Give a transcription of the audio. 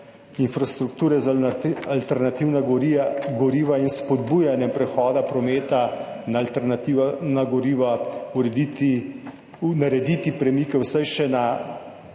infrastrukture za alternativna goriva in spodbujanje prehoda prometa na alternativna goriva narediti premike vsaj še na